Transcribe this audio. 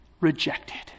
rejected